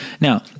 Now